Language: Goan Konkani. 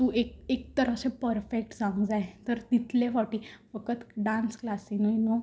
तें एक तर अशे परफेक्ट जावंक जाय तर तितले फावटी फक्त डान्स क्लासिनूय न्हू